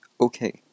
okay